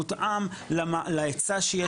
מותאם להיצע.